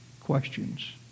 questions